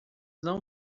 não